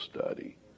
study